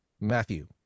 Matthew